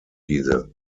diese